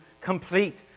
complete